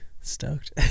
stoked